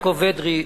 יעקב אדרי,